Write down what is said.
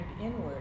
inward